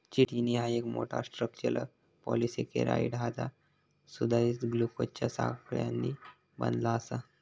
chitin ह्या एक मोठा, स्ट्रक्चरल पॉलिसेकेराइड हा जा सुधारित ग्लुकोजच्या साखळ्यांनी बनला आसा